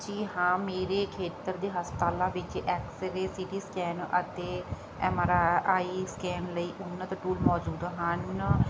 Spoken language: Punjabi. ਜੀ ਹਾਂ ਮੇਰੇ ਖੇਤਰ ਦੇ ਹਸਪਤਾਲਾਂ ਵਿੱਚ ਐਕਸਰੇ ਸਿਟੀ ਸਕੈਨ ਅਤੇ ਐਮ ਆਰ ਆਈ ਸਕੈਨ ਲਈ ਉੱਨਤ ਟੂਲ ਮੌਜੂਦ ਹਨ